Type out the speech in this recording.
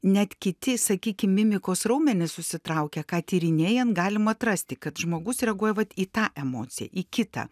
net kiti sakykim mimikos raumenys susitraukia ką tyrinėjant galima atrasti kad žmogus reaguoja vat į tą emociją į kitą